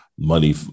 money